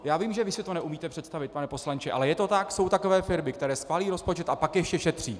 Já vím, že vy si to neumíte představit, pane poslanče, ale je to tak, jsou takové firmy, které schválí rozpočet a pak ještě šetří.